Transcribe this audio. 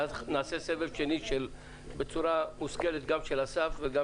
ואז נעשה סבב שני בצורה מושכלת גם של אמיר וגם